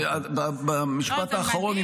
ובמשפט האחרון,